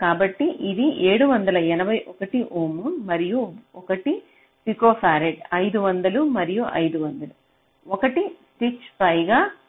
కాబట్టి ఇది 781 ఓం మరియు 1 పికోఫరాడ్ 500 మరియు 500 1 స్టిచ్ పైగా విభజించబడింది